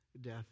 death